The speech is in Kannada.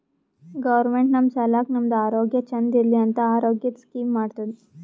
ಗೌರ್ಮೆಂಟ್ ನಮ್ ಸಲಾಕ್ ನಮ್ದು ಆರೋಗ್ಯ ಚಂದ್ ಇರ್ಲಿ ಅಂತ ಆರೋಗ್ಯದ್ ಸ್ಕೀಮ್ ಮಾಡ್ತುದ್